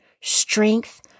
strength